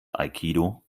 aikido